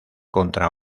contra